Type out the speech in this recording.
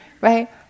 right